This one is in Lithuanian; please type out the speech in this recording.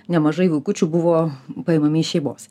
nemažai vaikučių buvo paimami iš šeimos